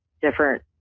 different